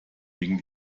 gegen